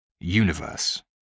Universe